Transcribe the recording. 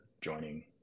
joining